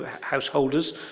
householders